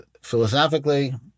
philosophically